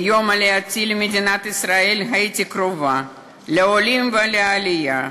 מיום עלייתי למדינת ישראל הייתי קרובה לעולים ולעלייה,